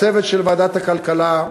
הצוות של ועדת הכלכלה,